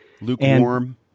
lukewarm